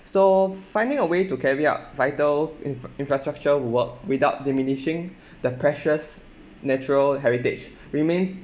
so finding a way to carry out vital infa~ infrastructure work without diminishing the precious natural heritage remains